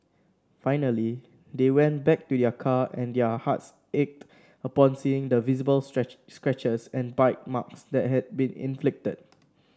finally they went back to their car and their hearts ached upon seeing the visible stretch scratches and bite marks that had been inflicted